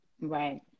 Right